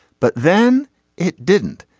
but then it didn't.